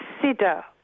consider